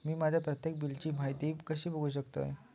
मी माझ्या प्रत्येक बिलची माहिती कशी बघू शकतय?